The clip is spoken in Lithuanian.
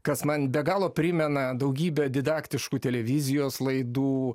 kas man be galo primena daugybę didaktiškų televizijos laidų